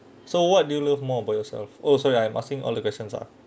so what do you love more about yourself oh sorry I'm asking all the questions ah